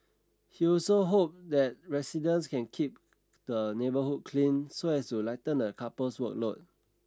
he also hope that residents can keep the neighbourhood clean so as to lighten the couple's workload